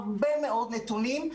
הרבה מאוד נתונים,